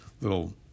little